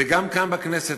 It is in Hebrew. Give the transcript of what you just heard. וגם כאן בכנסת,